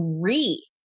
agree